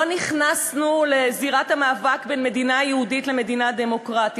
לא נכנסנו לזירת המאבק בין מדינה יהודית למדינה דמוקרטית,